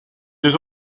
deux